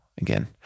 again